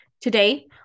Today